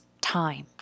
time